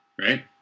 right